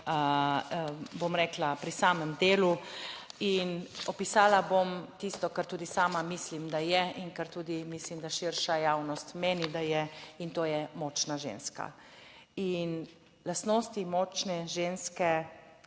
bom rekla, pri samem delu in opisala bom tisto, kar tudi sama mislim, da je in kar tudi mislim, da širša javnost meni, da je, in to je močna ženska. In lastnosti močne ženske